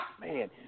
Man